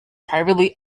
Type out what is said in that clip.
privately